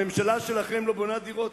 הממשלה שלכם לא בונה דירות.